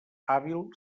hàbil